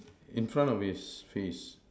in front of his face